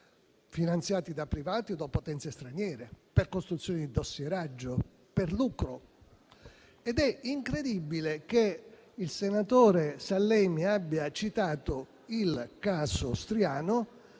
finanziati da privati o da potenze straniere, per costruzioni di dossieraggio, per lucro. È quindi incredibile che il senatore Sallemi abbia citato il caso Striano,